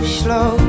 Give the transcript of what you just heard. slow